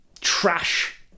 trash